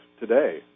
today